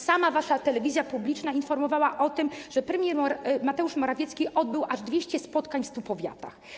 Sama wasza telewizja publiczna informowała o tym, że premier Mateusz Morawiecki odbył aż 200 spotkań w 100 powiatach.